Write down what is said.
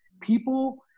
people